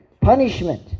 punishment